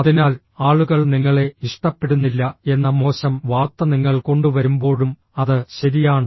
അതിനാൽ ആളുകൾ നിങ്ങളെ ഇഷ്ടപ്പെടുന്നില്ല എന്ന മോശം വാർത്ത നിങ്ങൾ കൊണ്ടുവരുമ്പോഴും അത് ശരിയാണ്